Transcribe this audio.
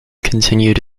continued